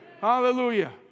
Hallelujah